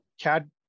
CAD